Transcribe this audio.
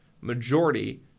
majority